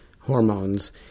hormones